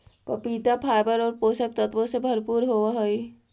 पपीता फाइबर और पोषक तत्वों से भरपूर होवअ हई